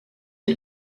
had